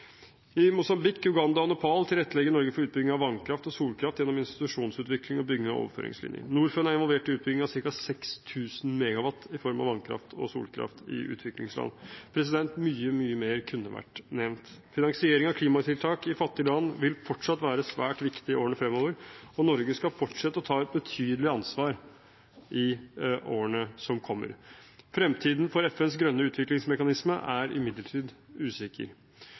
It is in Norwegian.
I Mosambik, Uganda og Nepal tilrettelegger Norge for utbygging av vannkraft og solkraft gjennom institusjonsutvikling og bygging av overføringslinjer. Norfund er involvert i utbygging av ca. 6 000 MW i form av vannkraft og solkraft i utviklingsland. Mye, mye mer kunne vært nevnt. Finansiering av klimatiltak i fattige land vil fortsatt være svært viktig i årene fremover, og Norge skal fortsette å ta et betydelig ansvar i årene som kommer. Fremtiden for FNs grønne utviklingsmekanisme er imidlertid usikker.